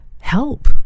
help